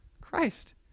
Christ